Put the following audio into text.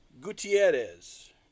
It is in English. Gutierrez